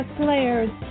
players